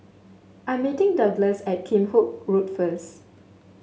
I'm meeting Douglass at Kheam Hock Road first